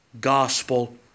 gospel